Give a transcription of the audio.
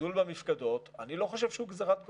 הגידול במפקדות אני לא חושב שהוא גזירת גורל,